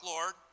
Lord